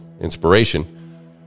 inspiration